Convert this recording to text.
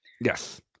Yes